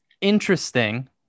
Interesting